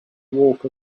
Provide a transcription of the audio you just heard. walk